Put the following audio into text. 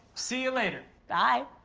see ya later. bye.